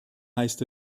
heißt